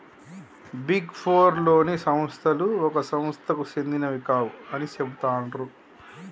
big four లోని సంస్థలు ఒక సంస్థకు సెందినవి కావు అని చెబుతాండ్రు